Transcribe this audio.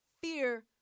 fear